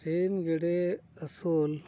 ᱥᱤᱢ ᱜᱮᱰᱮ ᱟᱹᱥᱩᱞ